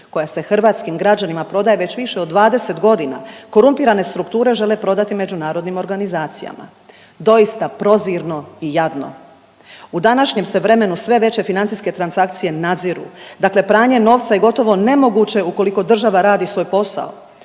koja se hrvatskim građanima prodaje već više od 20 godina korumpirane strukture žele prodati međunarodnim organizacijama. Doista prozirno i jadno! U današnjem se vremenu sve veće financijske transakcije nadziru, dakle pranje novca je gotovo nemoguće ukoliko država radi svoj posao.